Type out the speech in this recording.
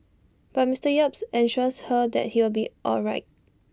but Mister yap assures her that he will be all right